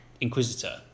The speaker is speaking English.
inquisitor